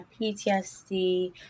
PTSD